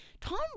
Tom